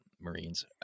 marines